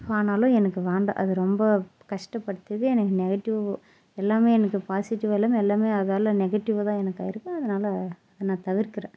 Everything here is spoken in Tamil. ஆனாலும் எனக்கு வேண்டாம் அது ரொம்ப கஷ்டப்படுத்துது எனக்கு நெகட்டிவ் எல்லாமே எனக்கு பாசிட்டிவ்வாக இல்லாமல் எல்லாமே அதால் நெகட்டிவ்வாகதான் இருந்ததே தவிர அதனால் அதை நான் தவிர்க்கிறேன்